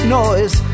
noise